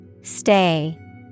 Stay